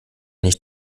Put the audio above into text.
nicht